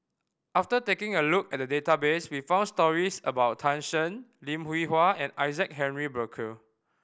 after taking a look at the database we found stories about Tan Shen Lim Hwee Hua and Isaac Henry Burkill